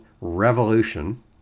revolution